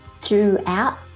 throughout